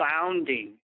bounding